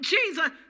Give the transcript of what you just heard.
Jesus